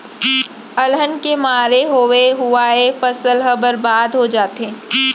अलहन के मारे होवे हुवाए फसल ह बरबाद हो जाथे